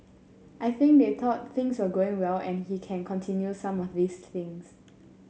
I think they thought things were going well and he can continue some of these things